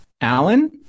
Alan